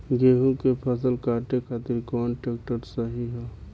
गेहूँ के फसल काटे खातिर कौन ट्रैक्टर सही ह?